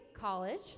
college